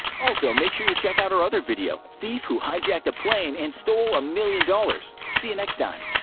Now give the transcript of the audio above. also, make sure you check out our other video, thief who hijacked a plane and stole a million dollars. see you next time!